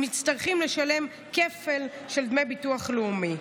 צריכים לשלם כפל של דמי ביטוח לאומי,